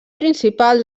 principal